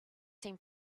seem